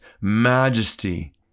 majesty